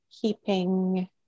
keeping